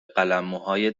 قلمموهای